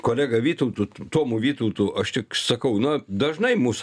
kolega vytautu tomu vytautu aš tik sakau na dažnai mus